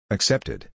Accepted